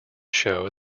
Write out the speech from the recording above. show